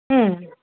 ఆ